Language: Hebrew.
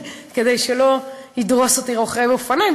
כדי שלא ידרוס אותי רוכב אופניים.